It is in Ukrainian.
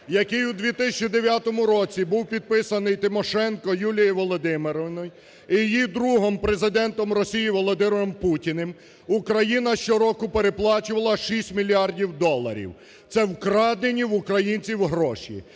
який у 2009 році був підписаний Тимошенко Юлією Володимирівною і її другом Президентом Росії Володимиром Путіним, Україна щороку переплачувала 6 мільярдів доларів. Це вкрадені в українців гроші.